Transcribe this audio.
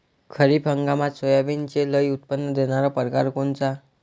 खरीप हंगामात सोयाबीनचे लई उत्पन्न देणारा परकार कोनचा?